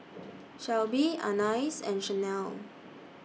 Shelby Anais and Chanelle